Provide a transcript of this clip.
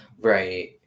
Right